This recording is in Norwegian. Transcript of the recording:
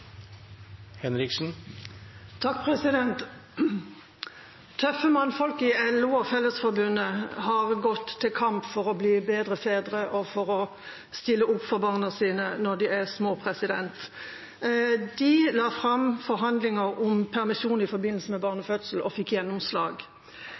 Tøffe mannfolk i LO og Fellesforbundet har gått til kamp for å bli bedre fedre og for å stille opp for barna sine når de er små. De la fram forhandlinger om permisjon i forbindelse med